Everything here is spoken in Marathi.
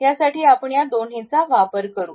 यासाठी आपण या दोन्हींचा वापर करू